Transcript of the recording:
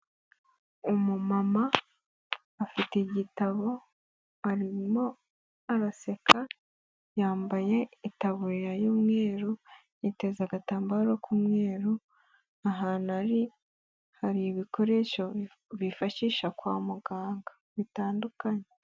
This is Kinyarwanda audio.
Umu mama afite igitabo arimo araseka. Yambaye itaburiya y'umweru, yiteza agatambaro k'umweru. Ahantu ari hari ibikoresho bifashisha kwa muganga bitandukanye.